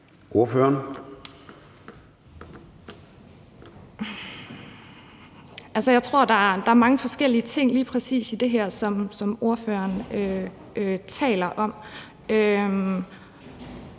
(LA): Jeg tror, der er mange forskellige ting i lige præcis det her, som ordføreren taler om.